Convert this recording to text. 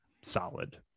solid